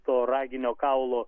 to raginio kaulo